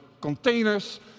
containers